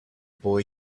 boy